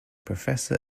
professor